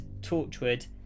Torchwood